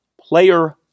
player